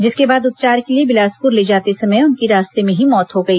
जिसके बाद उपचार के लिए बिलासपुर ले जाते समय उनकी रास्ते में ही मौत हो गई